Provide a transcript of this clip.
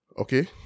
Okay